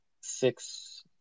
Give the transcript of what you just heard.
six